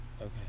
Okay